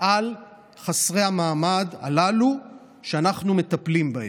על חסרי המעמד הללו שאנחנו מטפלים בהם.